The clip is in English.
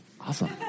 awesome